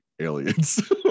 aliens